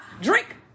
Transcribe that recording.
Drink